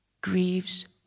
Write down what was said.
grieves